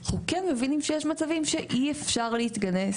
אנחנו כן מבינים שיש מצבים בהם אי אפשר להתכנס.